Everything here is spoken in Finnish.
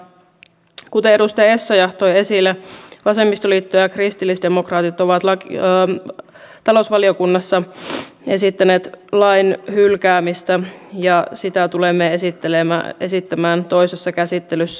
kuten edustaja essayah toi esille vasemmistoliitto ja kristillisdemokraatit ovat talousvaliokunnassa esittäneet lain hylkäämistä ja sitä tulemme esittämään toisessa käsittelyssä